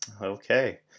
okay